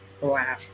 Wow